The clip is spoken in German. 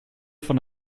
von